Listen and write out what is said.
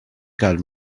got